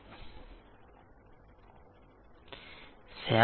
LINSYS1 DESKTOPPublicggvlcsnap 2016 02 29 09h52m58s44